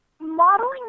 modeling